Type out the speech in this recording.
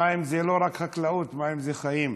מים זה לא רק חקלאות, מים זה חיים.